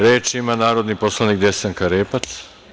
Reč ima narodni poslanik Desanka Repac.